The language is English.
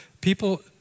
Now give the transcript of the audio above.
People